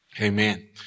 Amen